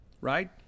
right